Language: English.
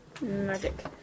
Magic